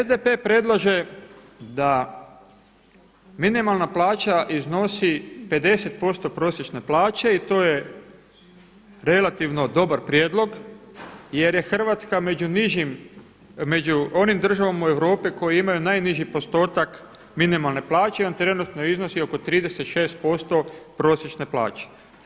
SDP predlaže da minimalna plaća iznosi 50% prosječne plaće i to je relativno dobar prijedlog jer je Hrvatska među nižim, među onim državama u Europi koji imaju najniži postotak minimalne plaće i on trenutno iznosi oko 36% prosječne plaće.